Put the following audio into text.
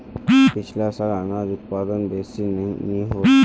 पिछला साल अनाज उत्पादन बेसि नी होल